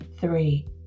three